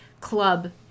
club